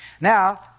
Now